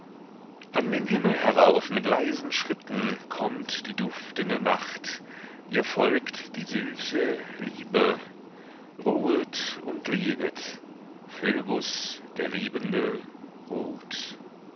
an den himmel herauf mit leisen schritten kommt die duftende nacht ihr folgt die süße liebe ruhet und liebet phöbus der liebende ruht